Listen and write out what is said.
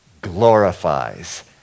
glorifies